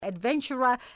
adventurer